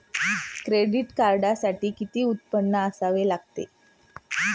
Credit कार्डसाठी किती उत्पन्न असावे लागते?